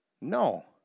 No